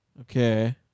Okay